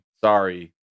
Sorry